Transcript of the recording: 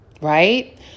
right